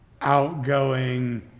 outgoing